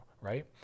right